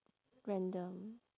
random